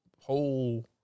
whole